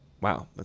wow